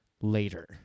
later